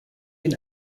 den